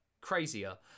crazier